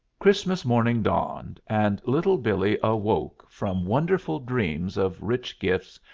christmas morning dawned, and little billee awoke from wonderful dreams of rich gifts,